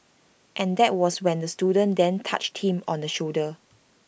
and that was when the student then touched him on the shoulder